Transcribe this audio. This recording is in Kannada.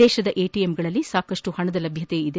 ದೇಶದ ಎಟಿಎಂಗಳಲ್ಲಿ ಸಾಕಷ್ಟು ಹಣದ ಲಭ್ಯತೆ ಇದೆ